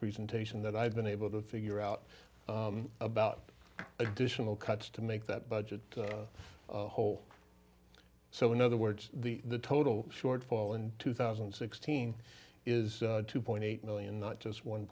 presentation that i've been able to figure out about additional cuts to make that budget hole so in other words the total shortfall in two thousand and sixteen is two point eight million not just one